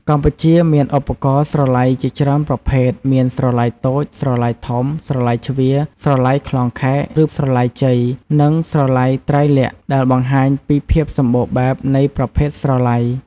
កម្ពុជា មានឧបករណ៍ស្រឡៃជាច្រើនប្រភេទ មានស្រឡៃតូច ស្រឡៃធំ ស្រឡៃជ្វា ស្រឡៃក្លងខែក ឬ ស្រឡៃជ័យ និងស្រឡៃត្រៃលក្ខណ៍ ដែលបង្ហាញពីភាពសម្បូរបែបនៃប្រភេទស្រឡៃ។